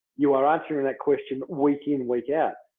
you are answering that question week in week out.